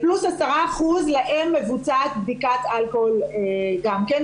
פלוס 10% שלהן מבוצעת בדיקת אלכוהול גם כן,